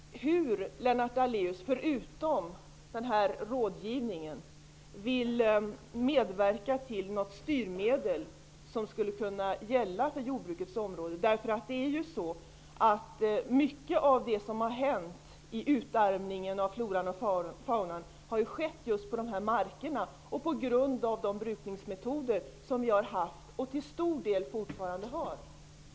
Lennart Daléus vill medverka till att införa något styrmedel som skulle kunna gälla på jordbrukets område. Mycket av det som har hänt i fråga om utarmningen av floran och faunan har ju skett just på grund av de brukningsmetoder som har använts och som till stor del fortfarande används.